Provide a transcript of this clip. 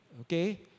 okay